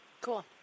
Cool